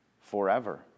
forever